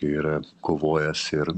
yra kovojęs ir